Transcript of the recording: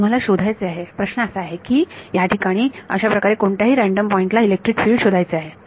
तुम्हाला शोधायचे आहे प्रश्न असा आहे की या ठिकाणी अशा प्रकारे कोणत्याही रँडम पॉइंटला इलेक्ट्रिक फिल्ड शोधायचे आहे